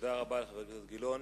תודה רבה לחבר הכנסת גילאון.